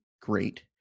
great